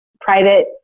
private